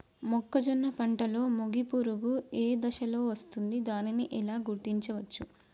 మొక్కజొన్న పంటలో మొగి పురుగు ఏ దశలో వస్తుంది? దానిని ఎలా గుర్తించవచ్చు?